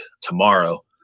tomorrow